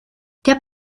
der